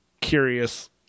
curious